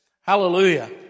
Hallelujah